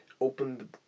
open